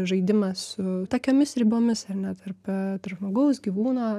žaidimas su tokiomis ribomis ar ne tarp tarp žmogaus gyvūno